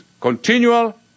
continual